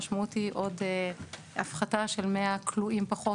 המשמעות היא עוד הפחתה של 100 כלואים פחות